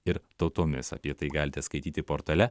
ir tautomis apie tai galite skaityti portale